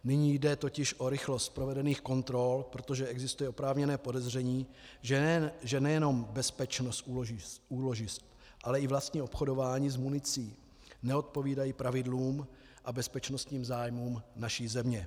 Nyní jde totiž o rychlost provedených kontrol, protože existuje oprávněné podezření, že nejenom bezpečnost úložišť, ale i vlastní obchodování s municí neodpovídají pravidlům a bezpečnostním zájmům naší země.